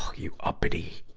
you uppity,